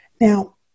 Now